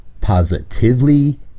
Positively